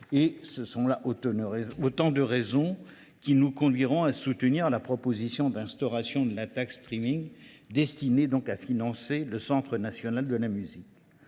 Telles sont les raisons qui nous conduiront à soutenir la proposition d’instauration d’une taxe sur le, destinée à financer le Centre national de la musique.